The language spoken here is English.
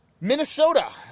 Minnesota